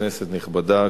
כנסת נכבדה,